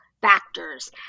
factors